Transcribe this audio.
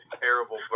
terrible